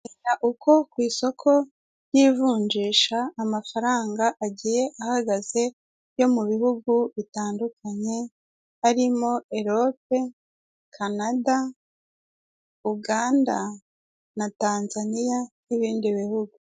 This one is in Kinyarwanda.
Uko ku isoko ry'ivunjisha amafaranga agiye ahagaze yo mu bihugu bitandukanye harimo erope, kanada, uganda na tanzaniya n'ibindi bihugu.